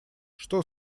что